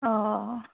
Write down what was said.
অঁ